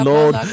Lord